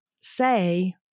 say